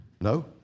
No